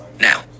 now